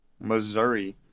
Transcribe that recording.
Missouri